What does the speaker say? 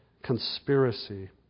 conspiracy